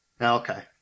Okay